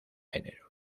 enero